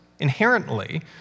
inherently